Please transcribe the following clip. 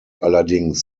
allerdings